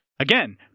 Again